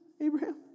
Abraham